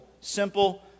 Simple